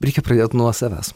reikia pradėt nuo savęs